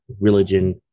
religion